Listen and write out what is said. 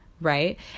right